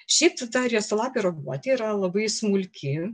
šiaip tai ta riestalapė raguotė yra labai smulki